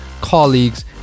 colleagues